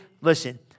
Listen